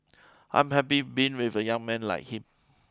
I'm happy being with a young man like him